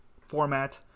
format